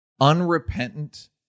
Unrepentant